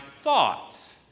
thoughts